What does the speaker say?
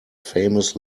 famous